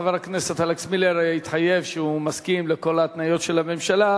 חבר הכנסת אלכס מילר התחייב שהוא מסכים לכל ההתניות של הממשלה,